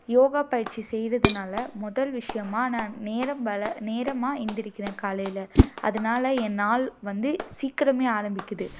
யோகா பயிற்சி செய்கிறதுனால முதல் விஷயமாக நான் நேரம் பல நேரமாக எழுந்திரிக்குறேன் காலையில் அதனால என் நாள் வந்து சீக்கிரமே ஆரம்மிக்குது